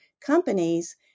companies